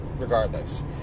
regardless